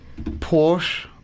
Porsche